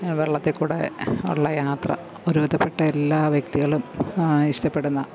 വെള്ളത്തില്ക്കൂടെ ഉള്ള യാത്ര ഒരുവിധപ്പെട്ട എല്ലാ വ്യക്തികളും ഇഷ്ട്ടപ്പെടുന്ന